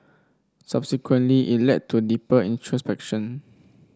subsequently it led to deeper introspection